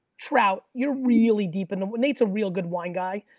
trout, you're really deep in it. nate's a real good wine guy,